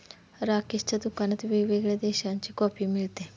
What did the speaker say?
राकेशच्या दुकानात वेगवेगळ्या देशांची कॉफी मिळते